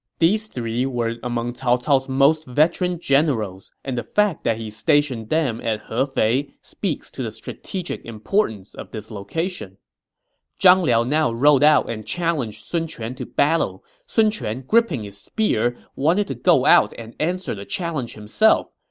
these three were among cao cao's most veteran generals, and the fact that he stationed them at hefei speaks to the strategic importance of this location zhang liao now rode out and challenged sun quan to battle. sun quan, gripping his spear, wanted to go out and answer the challenge himself,